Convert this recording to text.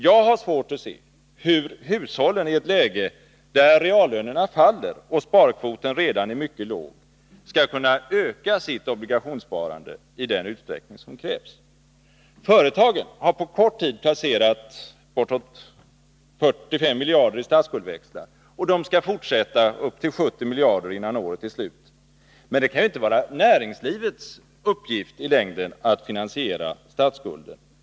Jag har svårt att se hur hushållen i ett läge, där reallönerna faller och sparkvoten redan är mycket låg, skall kunna öka sitt obligationssparande i den utsträckning som krävs. Företagen har på kort tid placerat bortåt 45 miljarder i statsskuldsväxlar, och de skall fortsätta upp till 70 miljarder innan året är slut. Men det kan ju inte vara näringslivets uppgift i längden att finansiera statsskulden.